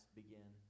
begin